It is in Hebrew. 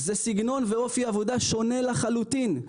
זה סגנון ואופי עבודה שונה לחלוטין.